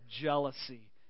jealousy